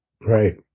Right